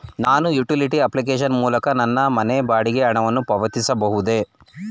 ನಾನು utility application ಮೂಲಕ ನನ್ನ ಮನೆ ಬಾಡಿಗೆ ಹಣವನ್ನು ಪಾವತಿಸಬಹುದೇ?